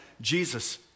Jesus